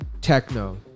Techno